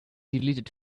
deleted